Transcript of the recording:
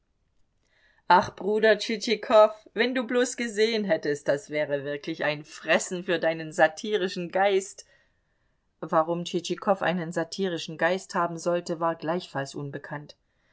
ach bruder tschitschikow wenn du bloß gesehen hättest das wäre wirklich ein fressen für deinen satirischen geist warum tschitschikow einen satirischen geist haben sollte war gleichfalls